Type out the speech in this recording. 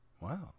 wow